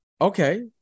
Okay